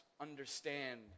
understand